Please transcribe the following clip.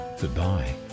Goodbye